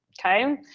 Okay